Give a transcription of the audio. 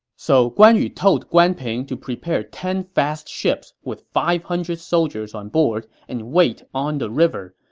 so guan yu told guan ping to prepare ten fast ships with five hundred soldiers on board and wait on the river.